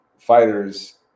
fighters